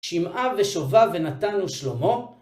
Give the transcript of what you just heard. שמוע ושובב ונתן ושלמה